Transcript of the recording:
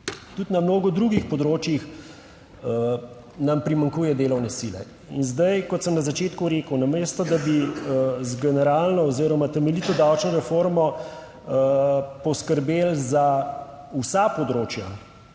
Tudi na mnogo drugih področjih nam primanjkuje delovne sile. In zdaj kot sem na začetku rekel, namesto, da bi z generalno oziroma temeljito davčno reformo poskrbeli za vsa področja.